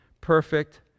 perfect